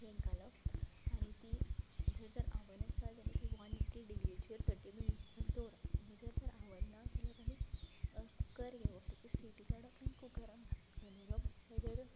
cake घालप आनी ती जर तर आवन आसा जाल्या ती वन एटी डिग्रीचेर थटी मिनिट्सांक दवरप आनी जर तर आवन ना जाल्यार आमी कुकर घेवप तेची सिटी काडप आनी कुकरान घालप दवरप दवरून